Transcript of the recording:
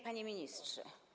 Panie Ministrze!